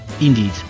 Indeed